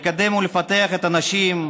לקדם ולפתח את הנשים.